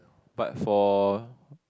but for